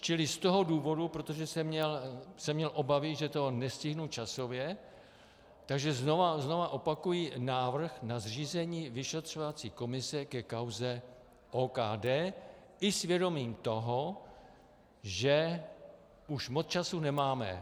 Čili z toho důvodu, protože jsem měl obavy, že to nestihnu časově, takže znovu a znovu opakuji návrh na zřízení vyšetřovací komise ke kauze OKD, i s vědomím toho, že už moc času nemáme.